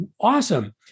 awesome